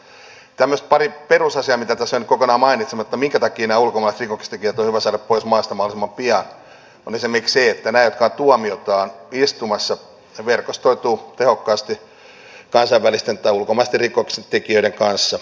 pari tämmöistä perusasiaa mitä tässä on jäänyt kokonaan mainitsematta minkä takia ulkomaiset rikoksentekijät on hyvä saada pois maasta mahdollisimman pian on esimerkiksi se että nämä jotka ovat tuomiotaan istumassa verkostoituvat tehokkaasti kansainvälisten tai ulkomaisten rikoksentekijöiden kanssa